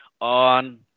on